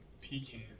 pecan